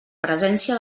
presència